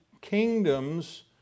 kingdoms